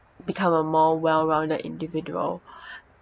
become a more well-rounded individual